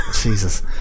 Jesus